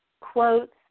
quotes